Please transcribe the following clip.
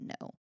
No